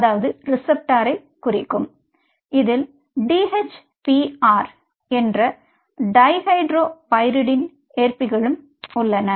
இதில் DHPR என்ற dihydropyridine ஏற்பிகள் உள்ளன